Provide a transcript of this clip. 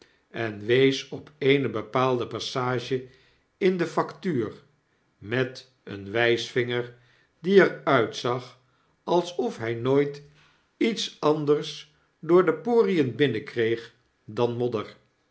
en wees op eene bepaalde passage in de factuur met een wysvinger die er uitzag alsof hy nooit iets anders door de porien binnenkreeg dan modder